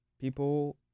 people